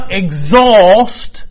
exhaust